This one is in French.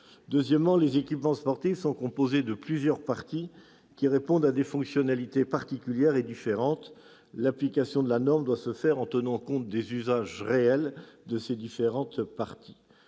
Deuxièmement, les équipements sportifs sont composés de plusieurs parties, qui répondent à des fonctionnalités particulières et différentes. L'application de la norme doit se faire en tenant compte des usages réels de chacune de ces parties.